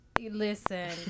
Listen